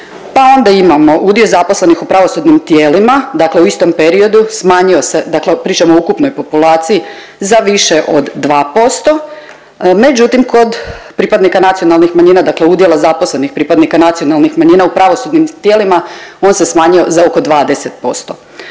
Pa onda imamo udio zaposlenih u pravosudnim tijelima, dakle u istom periodu smanjio se, dakle pričam o ukupnoj populaciji za više od 2%. Međutim kod pripadnika nacionalnih manjina, dakle udjela zaposlenih pripadnika nacionalnih manjina u pravosudnim tijelima on se smanjio za oko 20%.